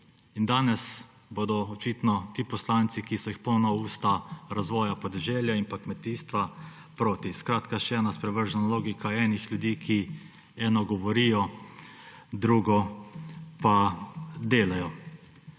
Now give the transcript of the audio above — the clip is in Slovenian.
Danes bodo očitno ti poslanci, ki so jih polna usta razvoja podeželja in kmetijstva, proti. Še ena sprevržena logika ljudi, ki eno govorijo, drugo pa delajo.